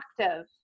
active